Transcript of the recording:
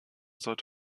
sollte